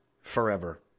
forever